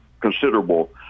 considerable